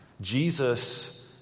Jesus